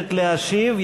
מבקשת להשיב,